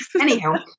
Anyhow